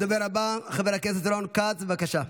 הדובר הבא, חבר הכנסת רון כץ, בבקשה.